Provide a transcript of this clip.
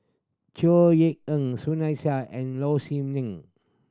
Chor Yeok Eng Sunny Sia and Low Siew Nghee